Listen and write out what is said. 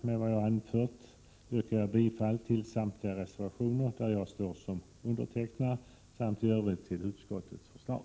Med vad jag nu anfört yrkar jag bifall till samtliga reservationer där jag står som undertecknare samt i övrigt till utskottets förslag.